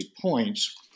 points